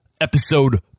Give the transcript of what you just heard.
Episode